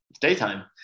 daytime